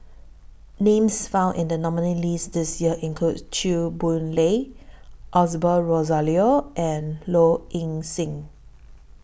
Names found in The nominees' list This Year include Chew Boon Lay Osbert Rozario and Low Ing Sing